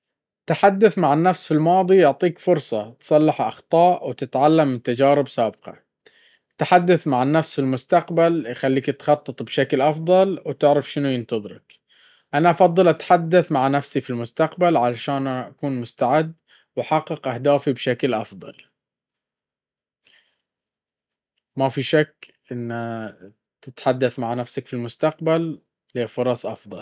التحدث مع النفس في الماضي يعطيك فرصة تصلح أخطاء وتتعلم من تجارب سابقة. التحدث مع النفس في المستقبل يخليك تخطط بشكل أفضل وتعرف شنو ينتظرك. أنا أفضل أتحدث مع نفسي في المستقبل، عشان أكون مستعد وأحقق أهدافي بشكل أفضل.